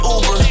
Uber